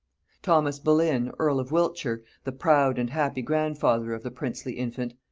thomas boleyn earl of wiltshire, the proud and happy grandfather of the princely infant,